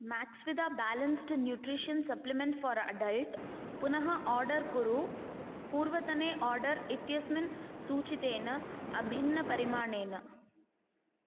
Maxvida balanced nutrition supplement for adult पुनः order कुरु पूर्वतने आर्डर् इत्यस्मिन् सूचितेन अभिन्नपरिमाणेन